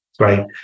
Right